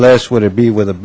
less would it be with a